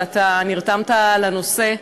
ואתה נרתמת לנושא,